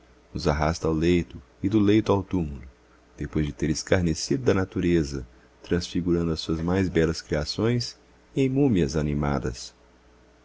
nos arrasta ao leito e do leito ao túmulo depois de ter escarnecido da natureza transfigurando as suas belas criações em múmias animadas